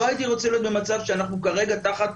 לא הייתי רוצה להיות במצב שאנחנו מקבלים החלטה תחת